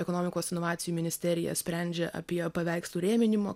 ekonomikos inovacijų ministerija sprendžia apie paveikslų rėminimo